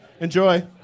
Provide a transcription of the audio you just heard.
Enjoy